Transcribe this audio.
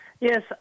Yes